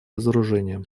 разоружением